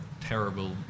terrible